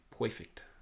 perfect